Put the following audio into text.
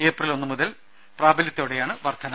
April ഒന്നു മുതൽ പ്രാബല്യത്തോടെയാണ് വർധന